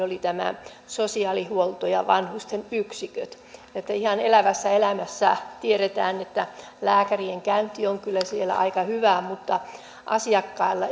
oli tämä sosiaalihuolto ja vanhusten yksiköt että ihan elävässä elämässä tiedetään että lääkärien käynti on kyllä siellä aika hyvää mutta asiakkaille